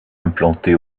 implanté